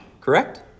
correct